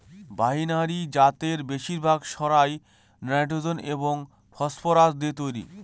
binary জাতের বেশিরভাগ সারই নাইট্রোজেন এবং ফসফরাস দিয়ে তৈরি